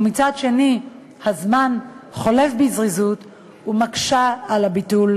ומצד שני הזמן חולף בזריזות ומקשה על הביטול,